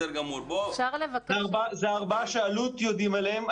זה ארבעה שאלו"ט יודעים עליהם.